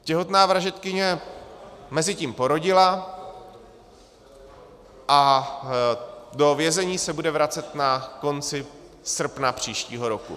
Těhotná vražedkyně mezitím porodila a do vězení se bude vracet na konci srpna příštího roku.